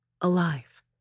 alive